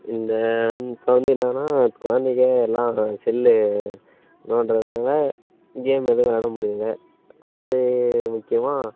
இந்த வந் இப்போ வந்து என்னான்னா குழந்தைக எல்லாம் செல்லு நோண்டுறதுனால் கேம் எதுவும் விளாட முடியலை குழந்தை முக்கியமாக